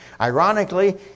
Ironically